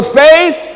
faith